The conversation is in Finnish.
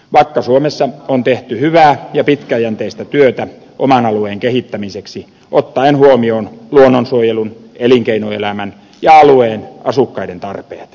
vakka suomessa on tehty hyvää ja pitkäjänteistä työtä oman alueen kehittämiseksi ottaen huomioon luonnonsuojelun elinkeinoelämän ja alueen asukkaiden tarpeet